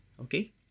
okay